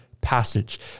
passage